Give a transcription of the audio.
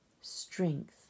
strength